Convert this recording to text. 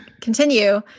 continue